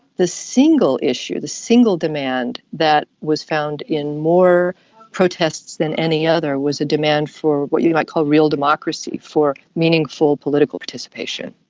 the single issue, the single demand that was found in more protests than any other was a demand for what you might call real democracy, for meaningful political participation.